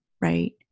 right